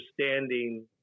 understanding